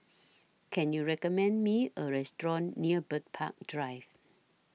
Can YOU recommend Me A Restaurant near Bird Park Drive